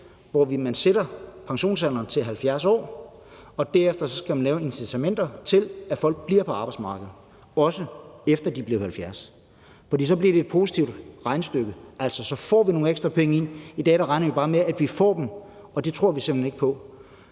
hvorved man sætter pensionsalderen til 70 år, og derefter skal man lave incitamenter til, at folk bliver på arbejdsmarkedet, også efter de er blevet 70 år, for så bliver det et positivt regnestykke. Så får vi nogle ekstra penge ind. I dag regner man bare med, at man får dem, og det tror vi simpelt hen ikke på.